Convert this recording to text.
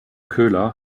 köhler